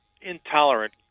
intolerant